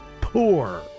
poor